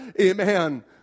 amen